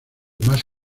más